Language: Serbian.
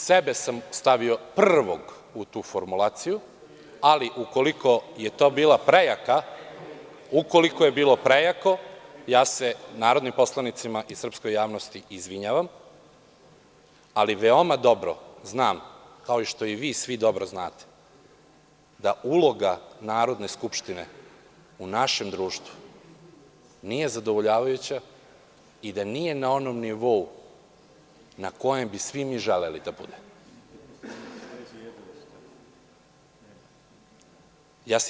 Sebe sam stavio u prvog u tu formulaciju ali ukoliko je to bilo prejako, ja se narodnim poslanicima i srpskoj javnosti izvinjavam, ali veoma dobro znam kao što i vi dobro znate da uloga Narodne skupštine u našem društvu nije zadovoljavajuće i da nije na onom nivou na kome bi svi mi želeli da bude.